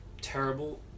terrible